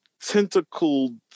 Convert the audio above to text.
Tentacled